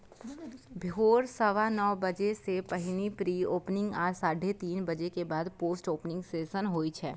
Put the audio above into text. भोर सवा नौ बजे सं पहिने प्री ओपनिंग आ साढ़े तीन बजे के बाद पोस्ट ओपनिंग सेशन होइ छै